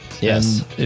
Yes